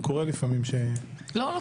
קורה לפעמים שחורגים.